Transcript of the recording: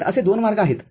तरअसे दोन मार्ग आहेत